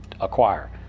Acquire